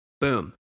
Boom